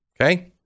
Okay